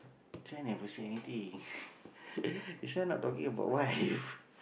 try never say anything this one not talking about wife~